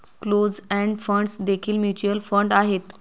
closed end funds देखील mutual fund आहेत